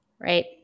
right